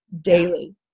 daily